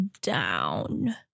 down